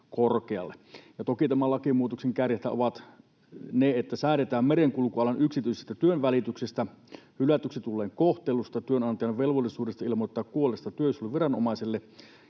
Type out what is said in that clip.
Toki tämän lakimuutoksen kärjethän ovat ne, että säädetään merenkulkualan yksityisestä työnvälityksestä, hylätyksi tulleen kohtelusta ja työnantajan velvollisuudesta ilmoittaa kuolleesta työsuojeluviranomaiselle.